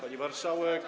Pani Marszałek!